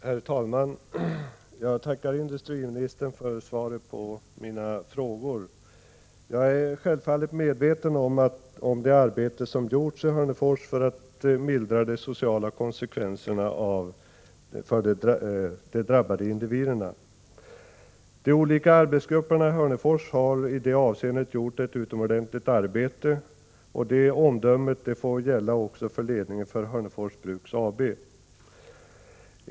Herr talman! Jag tackar industriministern för svaret på mina frågor. Jag är självfallet medveten om det arbete som har gjorts i Hörnefors för att mildra de sociala konsekvenserna för de drabbade individerna. De olika arbetsgrupperna i Hörnefors har i det avseendet gjort ett utomordentligt arbete, och det omdömet får gälla också för ledningen för Hörnefors Bruk AB.